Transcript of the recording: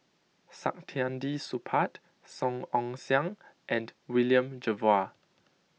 Saktiandi Supaat Song Ong Siang and William Jervois